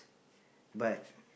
but